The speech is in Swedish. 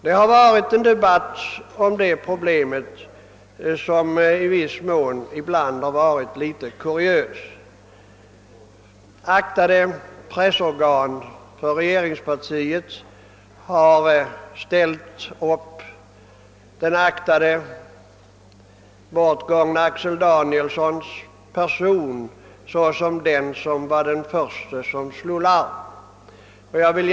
Det har förts en debatt om dessa problem som varit något kuriös. Ansedda pressorgan företrädande regeringspartiet har ställt upp den aktade Axel Danielsson — nu för länge sedan bortgången — såsom den som först slog larm om förhållandena på området.